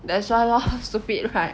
that's why lor stupid right